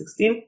2016